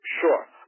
sure